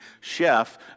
chef